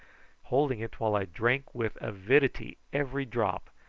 holding it while i drank with avidity every drop,